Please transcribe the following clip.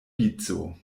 vico